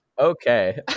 Okay